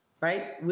right